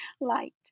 light